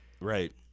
Right